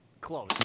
Close